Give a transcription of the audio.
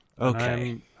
Okay